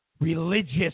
religious